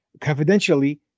confidentially